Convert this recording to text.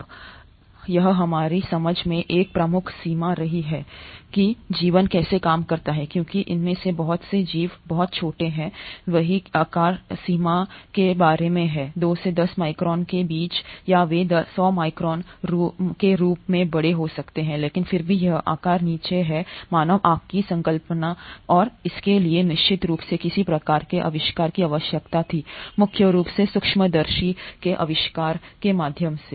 अब यह हमारी समझ में एक प्रमुख सीमा रही है कि जीवन कैसे काम करता है क्योंकि इनमें से बहुत से जीव बहुत छोटे हैंवे कहीं भी आकार सीमा के बारे में हैं 2 से 10 माइक्रोन के बीच या वे 100 माइक्रोन के रूप में बड़े हो सकते हैं लेकिन फिर भी यह आकार नीचे हैमानव आंख का संकल्प और इसके लिए निश्चित रूप से किसी प्रकार के आविष्कार की आवश्यकता थी मुख्य रूप से सूक्ष्मदर्शी के आविष्कार के माध्यम से